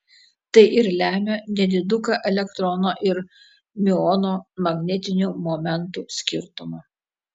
tai ir lemia nediduką elektrono ir miuono magnetinių momentų skirtumą